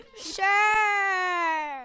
Sure